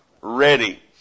ready